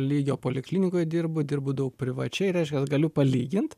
lygio poliklinikoj dirbu dirbu daug privačiai reiškias galiu palygint